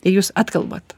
tai jūs atkalbat